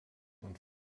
und